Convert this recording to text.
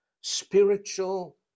spiritual